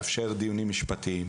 לאפשר דיונים משפטיים.